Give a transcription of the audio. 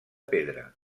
pedra